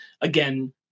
again